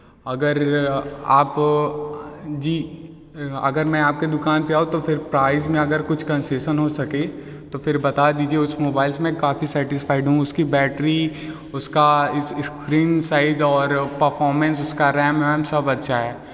अगर आप जी अगर मैं आपके दुकान पर आऊँ तो फिर प्राइस में अगर कुछ कंसेशन हो सके तो फिर बता दीजिए उस मोबाइल से मैं काफ़ी सेटिस्फाइड हूँ उसकी बैटरी उसका इस स्क्रीन साइज़ और परफॉर्मेंस उसका रेम रोम सब अच्छा है